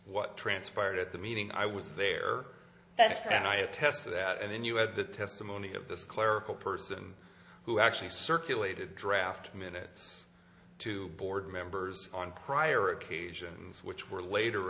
what transpired at the me thing i was there that's for and i attest to that and then you had the testimony of this clerical person who actually circulated draft minutes to board members on prior occasions which were later